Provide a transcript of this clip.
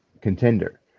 contender